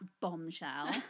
bombshell